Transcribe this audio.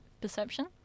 perception